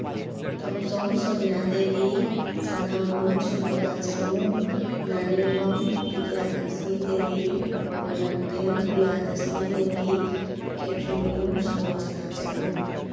Thokchom Sonia Devi Sanabam Surbala Chanu Narengbam Vidyalakshmi Devi Moirangthem Priyadarshini Devi Khetrimayum Sulochana Chanu